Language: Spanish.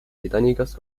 británicas